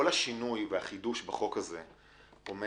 השינוי והחידוש בחוק הזה אומר